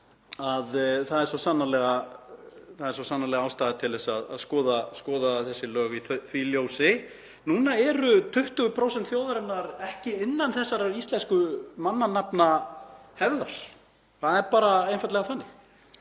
að svo sannarlega er ástæða til að skoða þessi lög í því ljósi. Nú eru 20% þjóðarinnar ekki innan þessarar íslensku mannanafnahefðar, það er einfaldlega þannig.